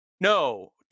No